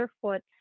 foot